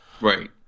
Right